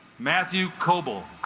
matthew coble